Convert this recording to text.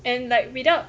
and like without